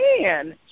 man